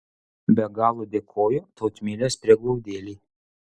be galo dėkoju tautmilės prieglaudėlei